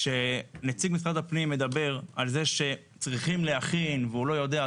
כשנציג משרד הפנים מדבר על כך שצריכים להכין והוא לא יודע,